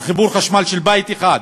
על חיבור לחשמל של בית אחד,